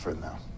now